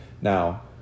now